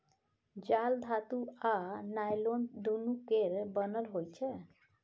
जाल धातु आ नॉयलान दुनु केर बनल होइ छै